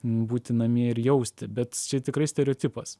būti namie ir jausti bet čia tikrai stereotipas